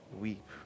Weep